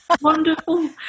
Wonderful